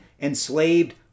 enslaved